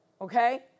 Okay